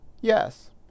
Yes